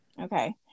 Okay